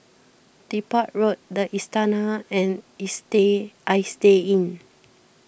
Depot Road the Istana and Istay Inn